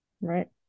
Right